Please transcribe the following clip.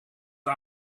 het